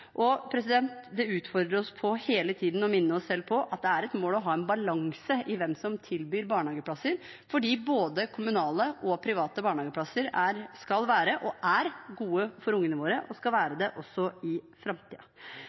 Og det utfordrer oss på hele tiden å minne oss selv på at det er et mål å ha en balanse i hvem som tilbyr barnehageplasser, fordi både kommunale og private barnehageplasser skal være – og er – goder for ungene våre og skal være det også i